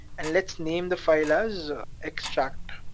and let's name the file as extract,